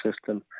system